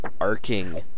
arcing